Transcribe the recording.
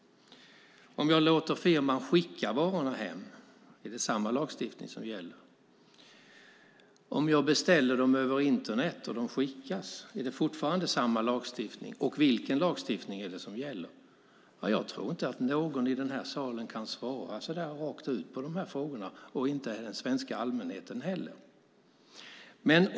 Om jag låter firman skicka varorna hem, är det då samma lagstiftning som gäller? Om jag beställer varorna över internet och de skickas, är det fortfarande samma lagstiftning? Och vilken lagstiftning är det som gäller? Jag tror inte att någon i den här salen kan svara så där rakt ut på frågorna, och inte heller den svenska allmänheten.